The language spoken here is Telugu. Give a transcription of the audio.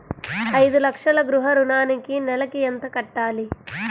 ఐదు లక్షల గృహ ఋణానికి నెలకి ఎంత కట్టాలి?